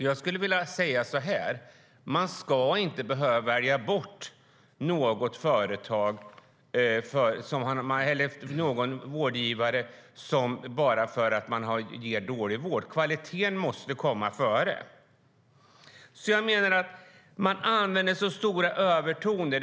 Jag skulle vilja säga så här: Man ska inte behöva välja bort vårdgivare bara för att de ger dålig vård. Kvaliteten måste komma före. Ni använder övertoner.